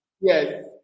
Yes